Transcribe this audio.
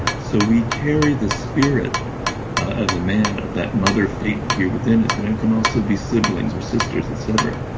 so we carry the spirit as a man of that mother figure within us, and it can also be siblings or sisters et cetera.